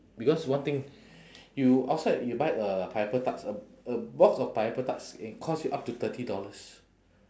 because one thing you outside you buy uh pineapple tarts a a box of pineapple tarts can cost you up to thirty dollars